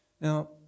Now